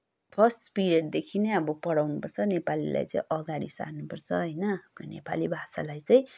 first पिरियडदेखि नै अब पढाउनुपर्छ नेपालीलाई चाहिँ अगाडि सार्नुपर्छ होइन नेपाली भाषालाई चाहिँ